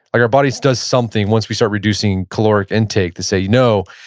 like our body does something once we start reducing caloric intake, to say, no,